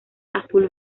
azul